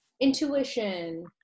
intuition